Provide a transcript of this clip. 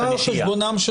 הוא בא על חשבון הנושים.